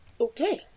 okay